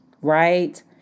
Right